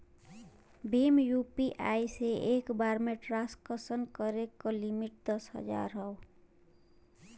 Bhim UPI से एक बार में ट्रांसक्शन करे क लिमिट दस हजार हौ